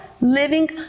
living